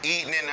eating